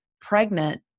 pregnant